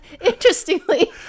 Interestingly